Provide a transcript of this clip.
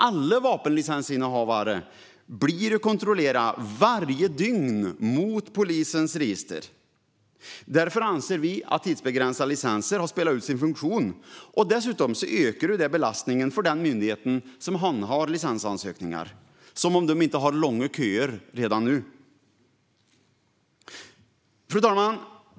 Alla vapenlicensinnehavare blir kontrollerade varje dygn mot polisens register. Därför anser vi att tidsbegränsade licenser har spelat ut sin funktion. Dessutom ökar det belastningen för den myndighet som handhar licensansökningar, som om den inte redan nu har långa köer. Fru talman!